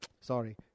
sorry